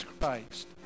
Christ